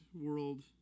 world